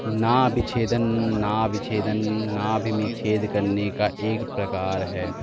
नाभि छेदन नाभि छेदन नाभि में छेद करने का एक प्रकार है